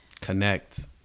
Connect